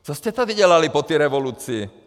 Co jste tady dělali po tý revoluci?